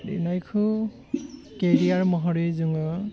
लिरनायखौ केरियार महरै जोङो